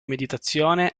meditazione